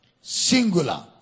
Singular